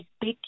big